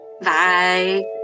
Bye